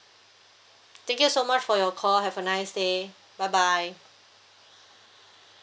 thank you so much for your call have a nice day bye bye